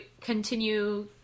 continue